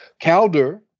calder